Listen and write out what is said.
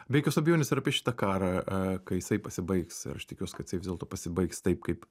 be jokios abejonės ir apie šitą karą kai jisai pasibaigs ir aš tikiuosi kad vis dėlto pasibaigs taip kaip